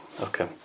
okay